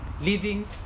living